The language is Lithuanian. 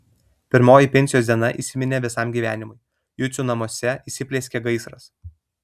pirmoji pensijos diena įsiminė visam gyvenimui jucių namuose įsiplieskė gaisras